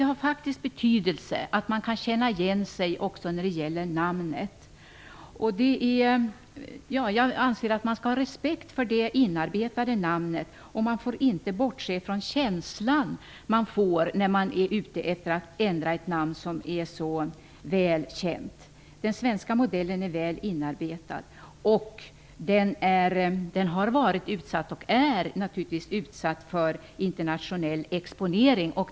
Det har faktiskt betydelse att man kan känna igen sig också när det gäller namnet. Jag anser att man skall ha respekt för det inarbetade namnet. Man får inte bortse från den känsla man får när man är ute efter att ändra ett namn som är så väl känt. Den svenska modellen är väl inarbetad. Den har varit och är utsatt för internationell exponering.